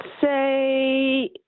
say